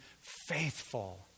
faithful